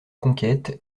conquêtes